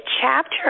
chapter